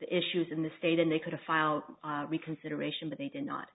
the issues in the state and they could have found reconsideration but they did not